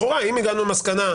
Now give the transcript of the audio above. לכאורה אם הגענו למסקנה,